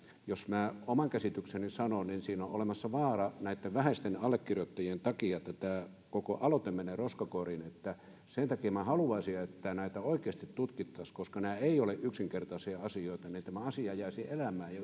jos minä oman käsitykseni sanon niin siinä on olemassa vaara näitten vähäisten allekirjoittajien takia että tämä koko aloite menee roskakoriin ja sen takia minä haluaisin että näitä oikeasti tutkittaisiin koska nämä eivät ole yksinkertaisia asioita niin tämä asia jäisi elämään ja